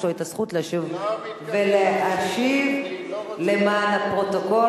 יש לו הזכות להשיב למען הפרוטוקול.